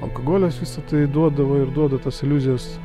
alkogolis visa tai duodavo ir duoda tas iliuzijas